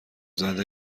زده